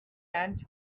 tent